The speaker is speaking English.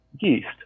yeast